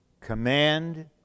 command